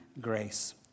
grace